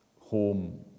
home